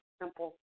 simple